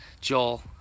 Joel